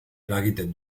eragiten